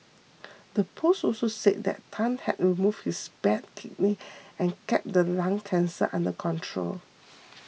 the post also said that Tan had removed his bad kidney and kept the lung cancer under control